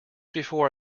before